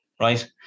right